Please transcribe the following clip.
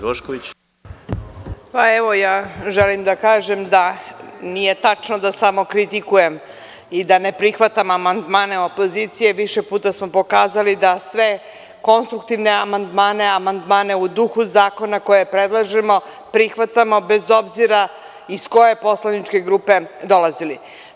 Ja želim da kažem da nije tačno da samo kritikujem i da ne prihvatam amandmane, a više puta smo pokazali da sve konstruktivne amandmane, amandmane u duhu zakona, koje predlažemo, prihvatamo, bez obzira iz koje poslaničke grupe dolazili.